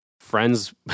friends